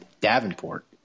Davenport